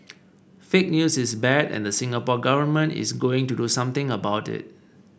fake news is bad and the Singapore Government is going to do something about it